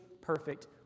perfect